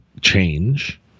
change